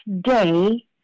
day